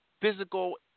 physical